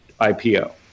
IPO